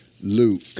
Luke